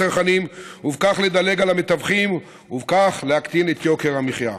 לצרכנים ובכך לדלג על כל המתווכים ולהקטין את יוקר המחיה.